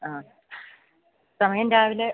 ആ സമയം രാവിലെ